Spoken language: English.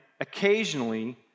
occasionally